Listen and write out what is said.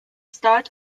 start